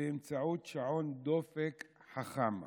באמצעות שעון דופק חכם.